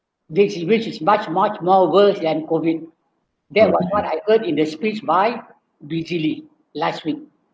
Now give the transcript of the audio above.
which which is much much more worse than COVID that was what I heard in the speech by last week